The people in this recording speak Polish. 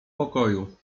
pokoju